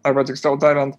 arba tiksliau tariant